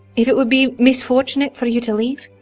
if it would be misfortunate for you to leave,